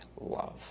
love